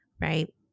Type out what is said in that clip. right